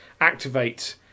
activate